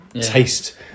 taste